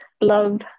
love